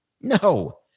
No